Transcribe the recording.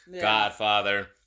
Godfather